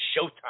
Showtime